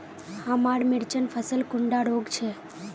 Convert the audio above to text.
हमार मिर्चन फसल कुंडा रोग छै?